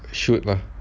shoot lah